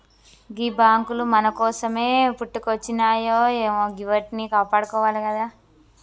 గీ బాంకులు మన కోసమే పుట్టుకొచ్జినయాయె గివ్విట్నీ కాపాడుకోవాలె గదా